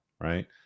right